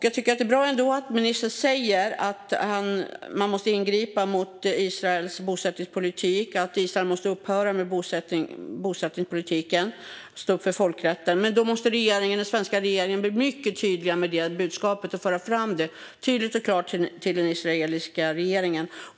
Jag tycker ändå att det är bra att ministern säger att man måste ingripa mot Israels bosättningspolitik och att Israel måste upphöra med bosättningspolitiken och stå upp för folkrätten. Men då måste den svenska regeringen bli mycket tydligare med det budskapet och föra fram det tydligt och klart till den israeliska regeringen.